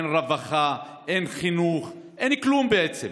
אין רווחה, אין חינוך, אין כלום בעצם.